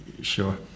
sure